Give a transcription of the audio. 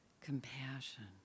compassion